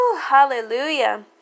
Hallelujah